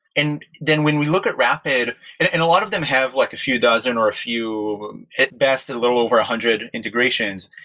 and then when we look at rapid and and a lot of them have like a few dozen or a few best and little over a hundred integrations.